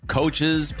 coaches